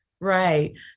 right